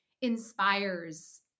inspires